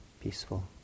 peaceful